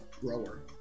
grower